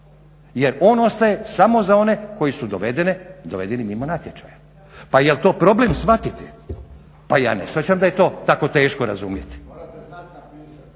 jer on ostaje samo za one koji su dovedeni mimo natječaja. Pa jel to problem shvatiti? Pa ja ne shvaćam da je to tako teško razumiti?